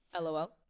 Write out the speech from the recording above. LOL